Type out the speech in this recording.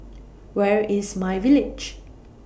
Where IS MyVillage